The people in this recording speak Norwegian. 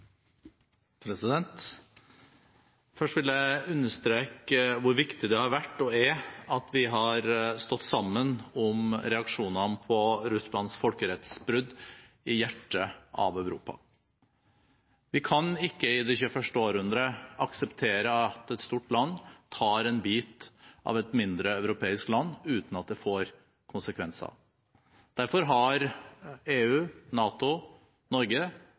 Først vil jeg understreke hvor viktig det har vært – og er – at vi har stått sammen om reaksjonene på Russlands folkerettsbrudd i hjertet av Europa. Vi kan ikke, i det 21. århundre, akseptere at et stort land tar en bit av et mindre, europeisk land uten at det får konsekvenser. Derfor har EU, NATO og Norge